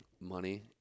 money